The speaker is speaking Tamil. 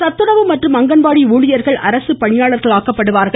சத்துணவு மற்றும் அங்கன்வாடி ஊழியர்கள் அரசு பணியாளர்களாக்கப்படுவார்கள்